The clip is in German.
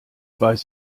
weiß